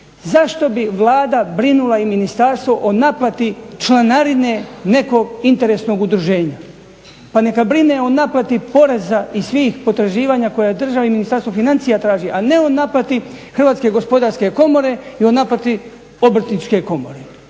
Zašto bi Vlada brinula i ministarstvo o naplati članarine nekog interesnog udruženja? Pa neka brine o naplati poreza i svih potraživanja koje država i Ministarstvo financija traži, a ne o naplati Hrvatske gospodarske komore i o naplati Obrtničke komore.